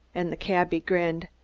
and the cabby grinned.